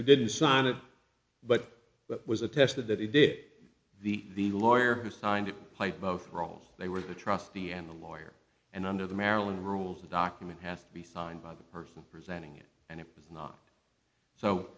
who didn't sign it but what was attested that it did the the lawyer who signed it played both roles they were the trustee and the lawyer and under the maryland rules the document has to be signed by the person presenting it and it is not so